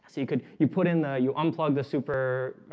so you could you put in the you unplug the super?